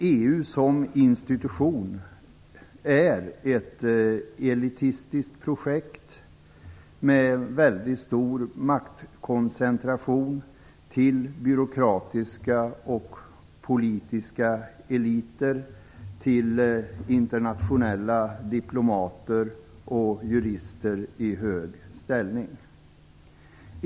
EU som institution är ett elitistiskt projekt med stor maktkoncentration till byråkratiska och politiska eliter, till internationella diplomater och jurister i hög ställning.